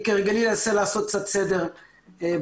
אני כהרגלי אנסה לעשות קצת סדר בדברים,